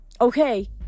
Okay